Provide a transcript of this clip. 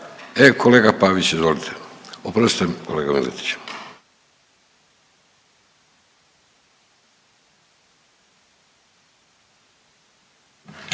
E kolega Pavić izvolite. Oprostite mi kolega Miletić.